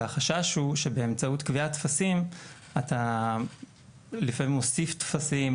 והחשש הוא שבאמצעות קביעת טפסים אתה לפעמים מוסיף טפסים,